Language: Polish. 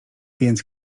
więc